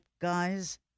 guys